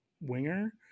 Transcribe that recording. winger